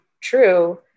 true